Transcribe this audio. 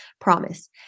promise